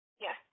Yes